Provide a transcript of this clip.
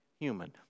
human